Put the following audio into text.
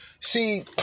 see